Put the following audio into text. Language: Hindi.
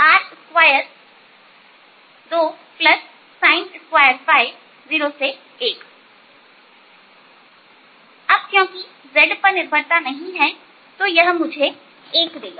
01 R222sin2 अब क्योंकि z पर निर्भरता नहीं है यह मुझे 1 देगा